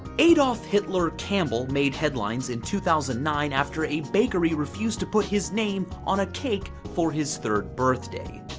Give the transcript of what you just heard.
adolf hitler campbell made headlines in two thousand and nine after a bakery refused to put his name on a cake for his third birthday.